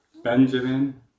Benjamin